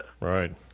Right